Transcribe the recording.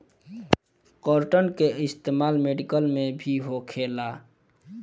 cotton के इस्तेमाल medical में भी होखेला